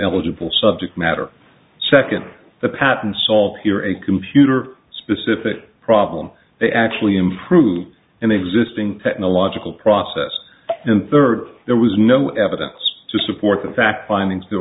ineligible subject matter second the patent sought here a computer specific problem they actually improve an existing technological process and third there was no evidence to support that fact finding still